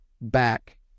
back